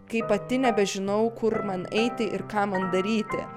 kai pati nebežinau kur man eiti ir ką man daryti